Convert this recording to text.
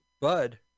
Bud